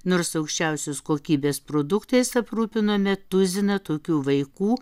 nors aukščiausios kokybės produktais aprūpinome tuziną tokių vaikų